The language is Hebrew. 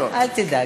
אל תדאג.